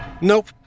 Nope